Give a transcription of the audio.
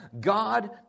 God